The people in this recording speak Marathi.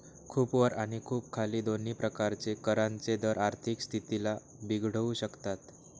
खूप वर आणि खूप खाली दोन्ही प्रकारचे करांचे दर आर्थिक स्थितीला बिघडवू शकतात